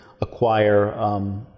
acquire